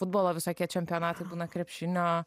futbolo visokie čempionatai būna krepšinio